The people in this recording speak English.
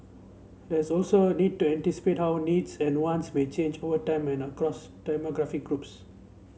there's also need to anticipate how needs and wants may change over time and across demographic groups